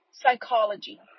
psychology